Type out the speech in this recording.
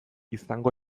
izango